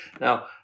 Now